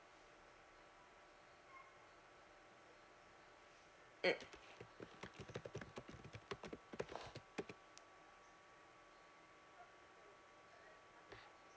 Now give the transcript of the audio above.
mm